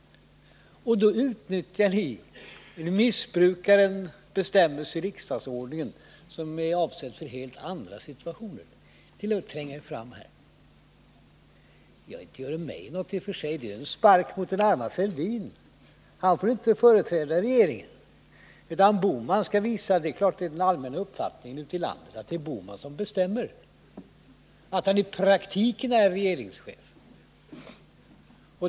Ni missbrukar en bestämmelse i riksdagsordningen som är avsedd för helt andra situationer till att tränga er fram här. — Ja, inte gör det mig någonting i och för sig — det är en spark mot den arme Fälldin. Statsministern får inte företräda regeringen, utan Gösta Bohman skall visa att det är Bohman som bestämmer — och det är ju den allmänna uppfattningen ute i landet — och att det i praktiken är han som är regeringschef.